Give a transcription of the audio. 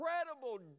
incredible